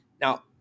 Now